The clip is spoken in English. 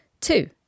Two